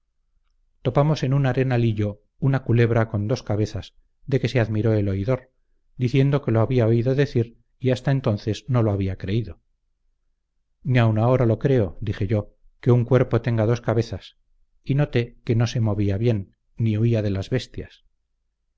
topamos en un arenalillo una culebra con dos cabezas de que se admiró el oidor diciendo que lo había oído decir y hasta entonces no lo había creído ni aun ahora lo creo dije yo que un cuerpo tenga dos cabezas y noté que no se movía bien ni huía de las bestias